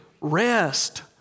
rest